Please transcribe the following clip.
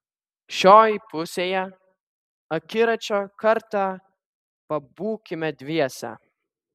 šioj pusėje akiračio kartą pabūkime dviese